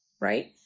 right